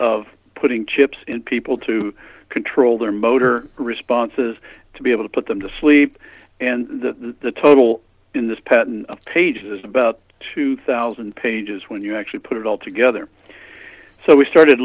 of putting chips in people to control their motor responses to be able to put them to sleep and the total in this pattern of pages about two thousand pages when you actually put it all together so we started